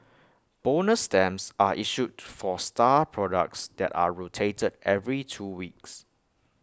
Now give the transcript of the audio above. bonus stamps are issued for star products that are rotated every two weeks